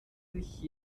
sich